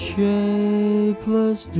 Shapeless